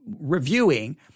reviewing